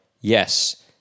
Yes